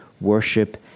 worship